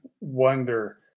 wonder